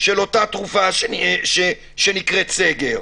של אותה תרופה שנקראת סגר.